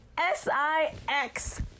S-I-X